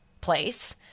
place